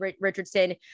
Richardson